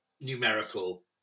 numerical